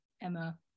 Emma